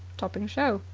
topping show.